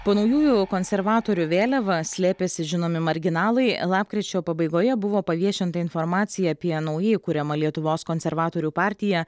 po naujųjų konservatorių vėliava slėpėsi žinomi marginalai lapkričio pabaigoje buvo paviešinta informacija apie naujai kuriamą lietuvos konservatorių partiją